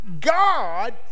God